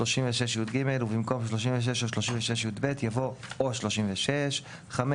36יג" ובמקום "36 או 36יב" יבוא "או 36"; (5)